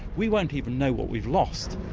we won't even know what we've lost.